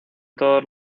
todos